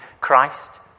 Christ